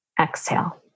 Exhale